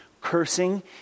cursing